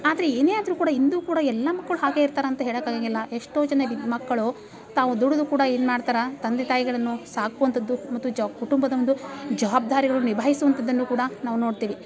ಆದರೆ ಏನೇ ಆದ್ರೂ ಕೂಡ ಇಂದು ಕೂಡ ಎಲ್ಲ ಮಕ್ಕಳೂ ಹಾಗೆ ಇರ್ತಾರೆ ಅಂತ ಹೇಳೋಕೆ ಆಗೋಂಗಿಲ್ಲ ಎಷ್ಟೋ ಜನ ಮಕ್ಕಳು ತಾವು ದುಡಿದು ಕೂಡ ಏನು ಮಾಡ್ತಾರೆ ತಂದೆ ತಾಯಿಗಳನ್ನು ಸಾಕುವಂಥದ್ದು ಮತ್ತು ಜ ಕುಟುಂಬದ ಒಂದು ಜವಾಬ್ದಾರಿಗಳು ನಿಭಾಯಿಸುವಂಥದ್ದನ್ನು ಕೂಡ ನಾವು ನೊಡ್ತೀವಿ